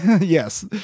Yes